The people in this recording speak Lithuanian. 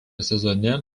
sezone